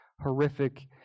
horrific